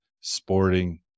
sporting